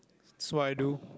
so I do